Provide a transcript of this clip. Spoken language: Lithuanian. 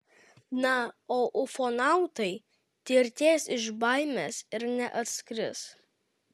na o ufonautai tirtės iš baimės ir neatskris